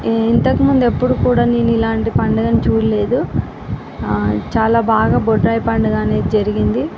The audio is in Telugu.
ఇంతకు ముందు ఎప్పుడు కూడా నేను ఇలాంటి పండగను చూడలేదు చాలా బాగా బొడ్రాయి పండగ అనేది జరిగింది